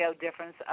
difference